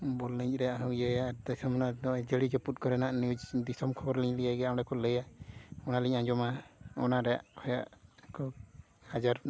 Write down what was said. ᱵᱚᱞ ᱮᱱᱮᱡ ᱨᱮᱭᱟᱜ ᱦᱚᱸ ᱤᱭᱟᱹᱭᱟ ᱫᱤᱥᱚᱢ ᱨᱮᱱᱟᱜ ᱱᱚᱜᱼᱚᱭ ᱡᱟᱹᱲᱤ ᱡᱟᱹᱯᱩᱫ ᱠᱚᱨᱮᱱᱟᱜ ᱱᱤᱭᱩᱡᱽ ᱫᱤᱥᱚᱢ ᱠᱷᱚᱵᱚᱨ ᱞᱤᱧ ᱤᱭᱟᱹᱭ ᱜᱮᱭᱟ ᱚᱸᱰᱮ ᱠᱚ ᱞᱟᱹᱭᱟ ᱚᱱᱟ ᱞᱤᱧ ᱟᱸᱡᱚᱢᱟ ᱚᱱᱟ ᱨᱮᱭᱟᱜ ᱠᱷᱚᱱᱟᱜ ᱦᱟᱡᱟᱨ